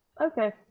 Okay